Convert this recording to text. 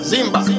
Zimba